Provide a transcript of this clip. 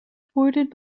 thwarted